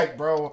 bro